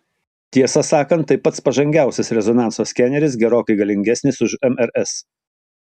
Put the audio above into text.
tiesą sakant tai pats pažangiausias rezonanso skeneris gerokai galingesnis už mrs